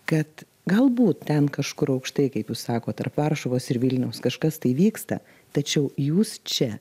kad galbūt ten kažkur aukštai kaip jūs sakot tarp varšuvos ir vilniaus kažkas tai vyksta tačiau jūs čia